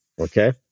Okay